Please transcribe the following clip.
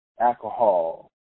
alcohol